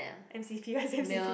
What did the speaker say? M_C_C what's M_C_C